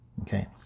okay